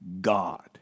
God